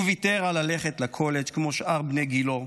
הוא ויתר על ללכת לקולג', כמו שאר בני גילו,